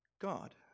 God